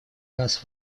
нас